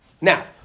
Now